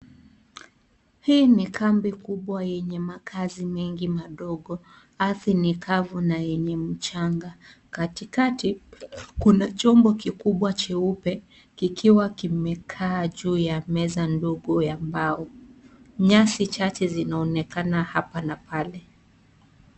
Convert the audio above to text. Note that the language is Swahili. Hii ni kambi kubwa yenye makazi mengi madogo. Ardhi ni kavu na yenye mchanga. Katikati kuna chombo kikubwa cheupe kikiwa kimekaa juu ya meza ndogo ya mbao. Nyasi chache zinaonekana hapa na pale.